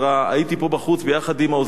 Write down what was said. הייתי פה בחוץ יחד עם העוזר שלי,